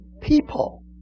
People